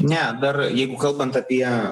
ne dar jeigu kalbant apie